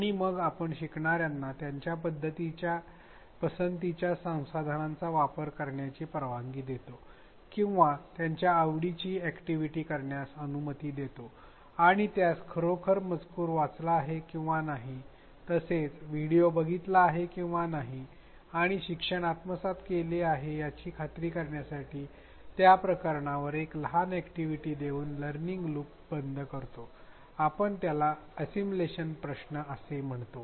आणि मग आपण शिकणार्यांना त्यांच्या पसंतीच्या संसाधनांचा वापर करण्याची परवानगी देतो किंवा त्यांच्या आवडीची अॅक्टिव्हिटीस करण्यास अनुमती देतो आणि त्यास खरोखर मजकूर वाचला आहे किंवा नाही तसेच व्हिडीओ बघितला आहे किंवा नाही आणि शिक्षण आत्मसाद केले आहे याची खात्री करण्यासाठी या प्रकरणावर एक लहान अॅक्टिव्हिटी देऊन लर्निंग लूप बंद करतो आपण त्याला असिमलेशन प्रश्न असे म्हणतो